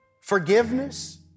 forgiveness